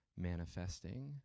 manifesting